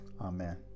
amen